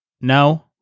No